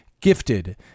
gifted